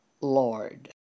Lord